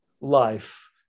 life